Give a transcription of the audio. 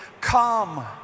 Come